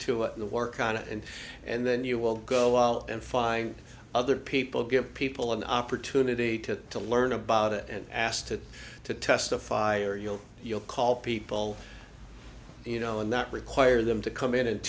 the work on it and and then you will go out and find other people give people an opportunity to to learn about it and asked to testify or you'll you'll call people you know and not require them to come in